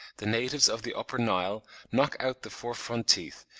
the natives of the upper nile knock out the four front teeth,